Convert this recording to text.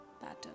pattern